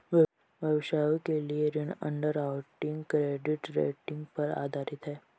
व्यवसायों के लिए ऋण अंडरराइटिंग क्रेडिट रेटिंग पर आधारित है